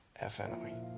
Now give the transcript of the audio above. FNI